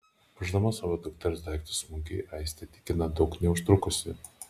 ruošdama savo dukters daiktus mugei aistė tikina daug neužtrukusi